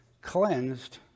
cleansed